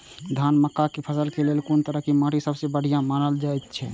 धान आ मक्का के फसल के लेल कुन तरह के माटी सबसे बढ़िया मानल जाऐत अछि?